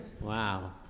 Wow